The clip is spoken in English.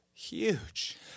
huge